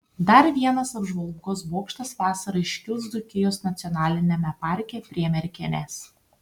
dar vienas apžvalgos bokštas vasarą iškils dzūkijos nacionaliniame parke prie merkinės